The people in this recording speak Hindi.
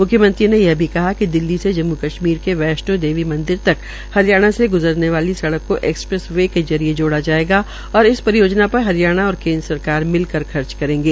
मुख्यमंत्री ने यह भी कहा िक दिल्ली से जम्मु कश्मीर के वैश्णों देवी मंदिर तक हरियाणा से गुजरने वाली सड़क को एक्सप्रेस वे के जरिये जोड़ा जायेगा और इस परियोजना पर हरियाणा और केन्द्र सरकार मिलकर खर्च करेंगे